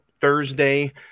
Thursday